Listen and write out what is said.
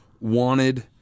wanted